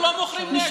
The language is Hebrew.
אנחנו לא מוכרים נשק.